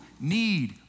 need